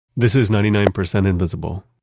this is ninety nine percent invisible.